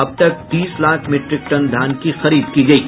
अब तक तीस लाख मीट्रिक टन धान की खरीद की गयी